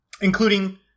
including